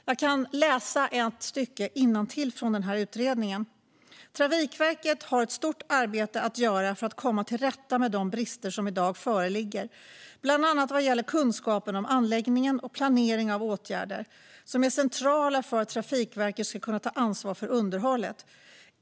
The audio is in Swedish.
Jag läser ett stycke från utredningen innantill: "Trafikverket har ett stort arbete att göra för att komma till rätta med de brister som i dag föreligger bl.a. vad gäller kunskapen om anläggningen och planeringen av åtgärder, som är centrala för att Trafikverket ska kunna ta ansvar för underhållet.